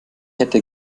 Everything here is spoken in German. hätte